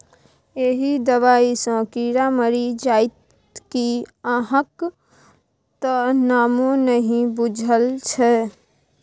एहि दबाई सँ कीड़ा मरि जाइत कि अहाँक त नामो नहि बुझल छै